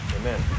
Amen